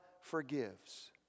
forgives